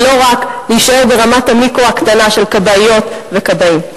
ולא רק נישאר ברמת המיקרו הקטנה של כבאיות וכבאים.